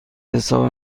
حساب